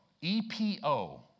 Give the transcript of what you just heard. E-P-O